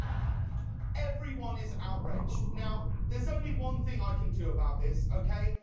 everyone is outraged. now there is only one thing i can do about this, okay.